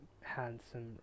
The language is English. handsome